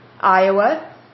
Iowa